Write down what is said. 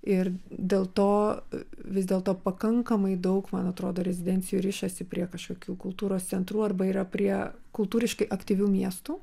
ir dėl to vis dėlto pakankamai daug man atrodo rezidencijų rišasi prie kažkokių kultūros centrų arba yra prie kultūriškai aktyvių miestų